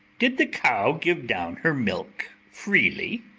did the cow give down her milk freely?